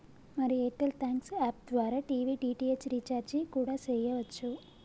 మరి Airtel Thanks app ద్వారా TV DTH recharge కూడా సెయ్యవచ్చు